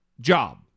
job